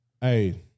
Hey